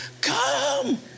come